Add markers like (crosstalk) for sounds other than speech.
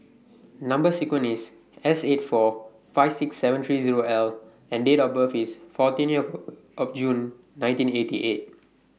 Number sequence IS S eight four five six seven three Zero L and Date of birth IS fourteenth (noise) June nineteen eighty eight